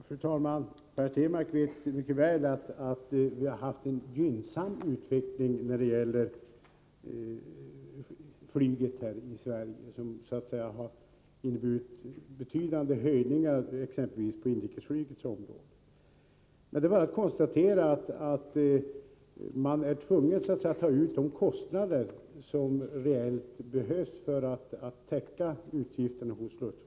Fru talman! Per Stenmarck vet mycket väl att vi har haft en gynnsam utveckling för flyget i Sverige med en betydande ökning av exempelvis inrikesflygets verksamhet. Det är bara att konstatera att man är tvungen att ta ut de avgifter som reellt behövs för att täcka luftfartsverkets kostnader.